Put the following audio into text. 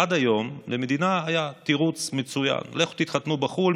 עד היום למדינה היה תירוץ מצוין: לכו תתחתנו בחו"ל,